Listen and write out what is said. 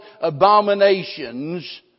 abominations